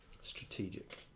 strategic